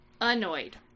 Annoyed